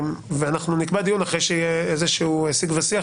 אנחנו נקבע דיון אחרי שיהיה איזשהו שיג ושיח